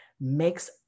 makes